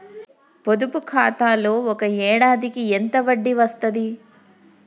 పొదుపు ఖాతాలో ఒక ఏడాదికి ఎంత వడ్డీ వస్తది?